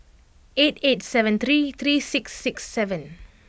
eight eight seven three three six six seven